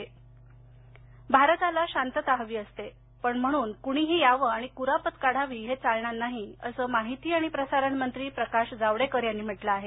जावडेकर भारताला शांतता हवी असते पण म्हणून कुणीही यावं आणि कुरापत काढावी हे चालणार नाही असं माहिती आणि प्रसारण मंत्री प्रकाश जावडेकर यांनी म्हटलं आहे